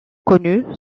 connu